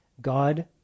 God